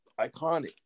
iconic